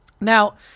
Now